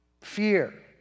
fear